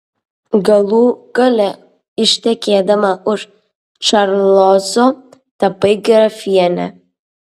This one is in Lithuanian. galų gale ištekėdama už čarlzo tapai grafiene